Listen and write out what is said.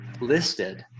listed